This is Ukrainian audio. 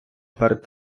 перед